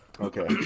okay